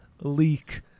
leak